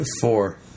Four